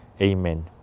Amen